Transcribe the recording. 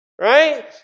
Right